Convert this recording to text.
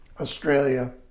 Australia